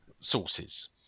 Sources